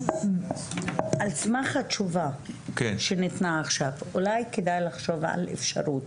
על סמך התשובה שניתנה עכשיו אולי כדאי לחשוב על אפשרות